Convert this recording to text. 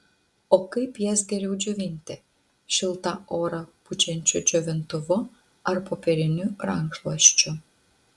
o kaip jas geriau džiovinti šiltą orą pučiančiu džiovintuvu ar popieriniu rankšluosčiu